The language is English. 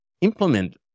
implement